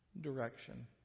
direction